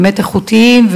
באמת איכותיים,